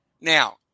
Now